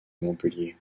montpellier